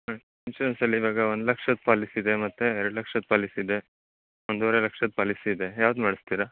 ಹ್ಞೂ ಇನ್ಸೂರೆನ್ಸಲ್ಲಿ ಇವಾಗ ಒಂದು ಲಕ್ಷದ ಪಾಲಿಸಿ ಇದೆ ಮತ್ತೆ ಎರಡು ಲಕ್ಷದ ಪಾಲಿಸಿ ಇದೆ ಒಂದುವರೆ ಲಕ್ಷದ ಪಾಲಿಸಿ ಇದೆ ಯಾವ್ದು ಮಾಡಿಸ್ತೀರ